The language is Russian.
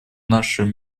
нашем